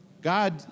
God